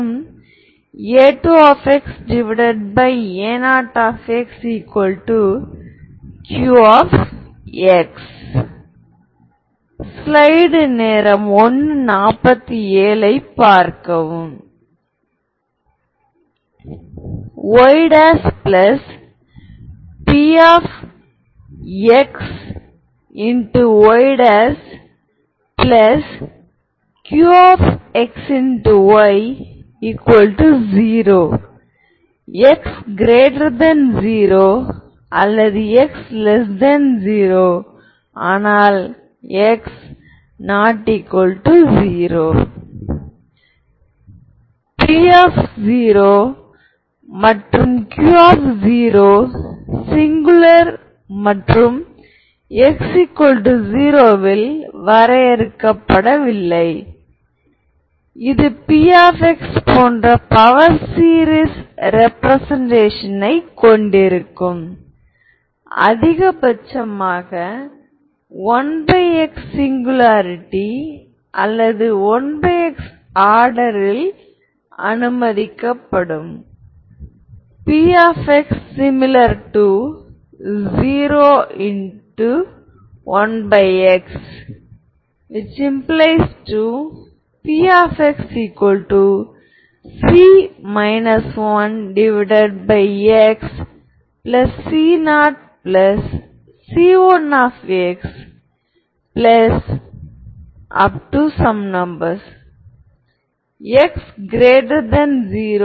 அனைத்து ஐகென் மதிப்புகளும் உண்மையானவை n அளவிலான n லீனியர்லி இன்டெபேன்டென்ட் ஐகென் வெக்டார்களுடன் தொடர்புடையவை நீங்கள் இந்த ஐகென் வெக்டார்களைக் கொண்டவுடன் அவற்றை ஆர்த்தோகனல் ஆக்கலாம் மற்றும் இந்த n லீனியர்லி இன்டெபேன்டென்ட் வெக்டார்கள் ஆர்த்தோகோனல் ஆகும் எனவே கடைசி வீடியோவில் நாம் பட்டியலிட்ட அனைத்து பண்புகளையும் ஒவ்வொன்றாகப் பார்த்து நிரூபிப்போம்